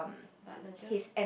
but